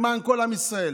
למען כל עם ישראל.